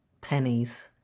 pennies